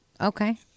Okay